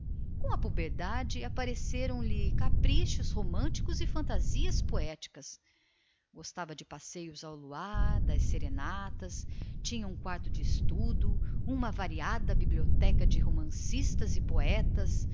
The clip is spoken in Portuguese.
com a aproximação da puberdade apareceram lhe caprichos românticos e fantasias poéticas gostava dos passeios ao luar das serenatas arranjou ao lado do seu quarto um gabinete de estudo uma bibliotecazinha de poetas